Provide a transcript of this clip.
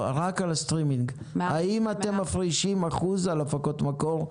רק על הסטרימינג האם אתם מפרישים אחוז על הפקות מקור?